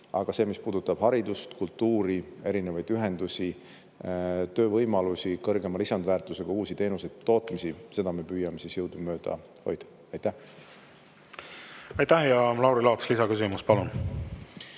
aga see, mis puudutab haridust, kultuuri, erinevaid ühendusi, töövõimalusi, kõrgema lisandväärtusega uusi teenuseid, tootmisi, seda me püüame jõudumööda hoida. Aitäh! Lauri Laats, lisaküsimus, palun!